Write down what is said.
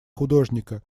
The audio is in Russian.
художника